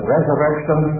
Resurrection